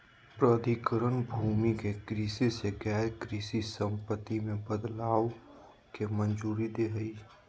प्राधिकरण भूमि के कृषि से गैर कृषि संपत्ति में बदलय के मंजूरी दे हइ